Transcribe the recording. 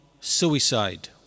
suicide